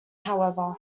however